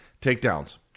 takedowns